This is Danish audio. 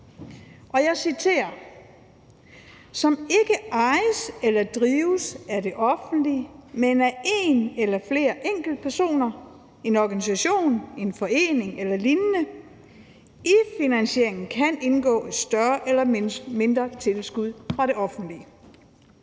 der står: »som ikke ejes eller drives af det offentlige, men af én eller flere enkeltpersoner, en organisation, en forening el.lign. – i finansieringen kan indgå et større eller mindre tilskud fra det offentlige«.